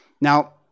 Now